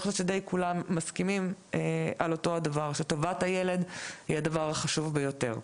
אני חושבת שכולם מסכימים שטובת הילד היא הדבר החשוב ביותר.